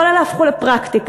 כל אלה הפכו לפרקטיקה,